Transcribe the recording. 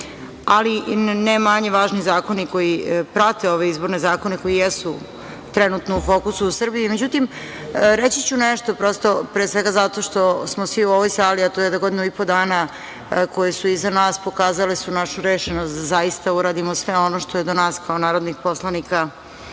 ali i ne manje važni zakoni koji prate ove izborne zakone koji jesu trenutno u fokusu u Srbiji.Međutim, reći ću nešto, prosto, pre svega zato što smo svi u ovoj sali, a to je da godinu i po dana koje su iza nas pokazale su našu rešenost da zaista uradimo sve ono što je do nas kao narodnih poslanika